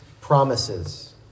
promises